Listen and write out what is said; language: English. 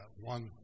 one